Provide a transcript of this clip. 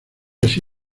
así